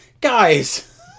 guys